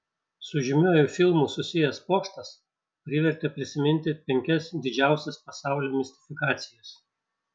su žymiuoju filmu susijęs pokštas privertė prisiminti penkias didžiausias pasaulio mistifikacijas